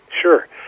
Sure